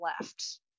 left